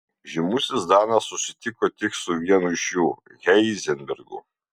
žymusis danas susitiko tik su vienu iš jų heizenbergu